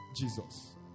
Jesus